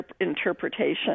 interpretation